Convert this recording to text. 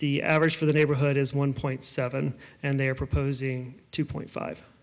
the average for the neighborhood is one point seven and they are proposing two point five